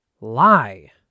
lie